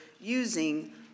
using